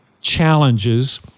challenges